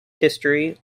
history